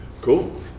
cool